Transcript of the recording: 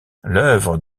l’œuvre